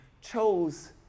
chose